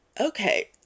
okay